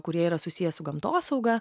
kurie yra susiję su gamtosauga